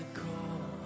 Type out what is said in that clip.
call